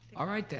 all right, then,